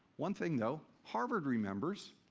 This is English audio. one thing, though, harvard remembers.